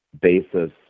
basis